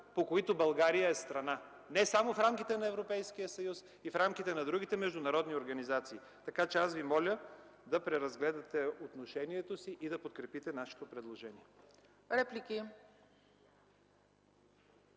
по които България е страна, не само в рамките на Европейския съюз, но и в рамките на другите международни организации. Моля Ви да преразгледате отношението си и да подкрепите нашето предложение.